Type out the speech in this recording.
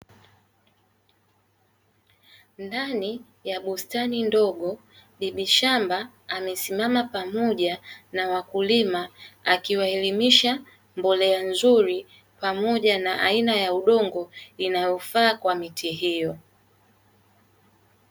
Ndani ya bustani ndogo, bibi shamba amesimama pamoja na wakulima akiwaelimisha mbolea nzuri pamoja na aina ya udongo inayofaa kwa miti hiyo.